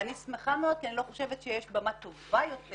ואני שמחה מאוד כי אני לא חושבת שיש במה טובה יותר